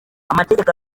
amategeko